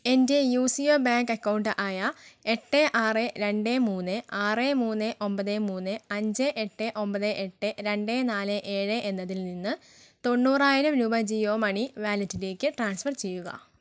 എൻ്റെ U C O bank account ആയ എട്ട് ആറ് രണ്ട് മൂന്ന് ആറ് മൂന്ന് ഒമ്പത് മൂന്ന് അഞ്ച് എട്ട് ഒമ്പത് എട്ട് രണ്ട് നാല് ഏഴ് എന്നതിൽ നിന്ന് തൊണ്ണൂറായിരം രൂപ ജിയോ മണി വാലറ്റിലേക്ക് ട്രാൻസ്ഫർ ചെയ്യുക